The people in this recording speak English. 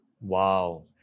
Wow